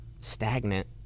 stagnant